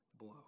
blow